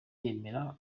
yemera